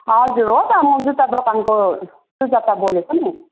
हजुर हो त म जुत्ता दोकानको सुजता बोलेको नि